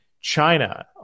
China